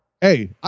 Hey